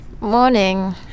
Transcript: Morning